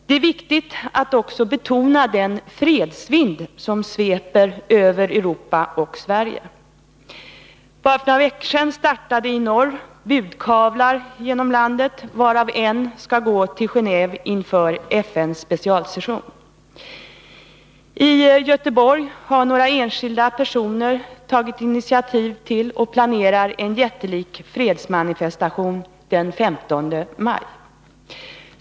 Det är viktigt att också betona den fredsvind som sveper över Europa och Sverige. Bara för några veckor sedan startade i norr budkavlar genom landet, varav en skall gå till Genåve inför FN:s specialsession. I Göteborg har några enskilda personer initierat och planerat en jättelik fredsmanifestation den 15 maj.